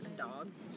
dogs